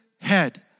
head